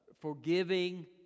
forgiving